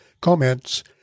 comments